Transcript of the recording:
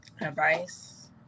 Advice